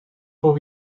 voor